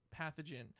pathogen